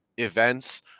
events